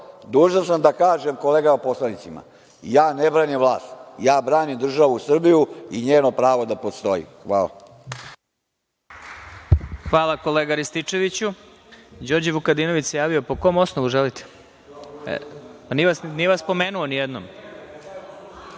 dužan sam da kažem kolegama poslanicima - ja ne branim vlast, ja branim državu Srbiju i njeno pravo da postoji. Hvala.